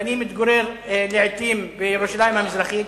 ואני מתגורר לעתים בירושלים המזרחית.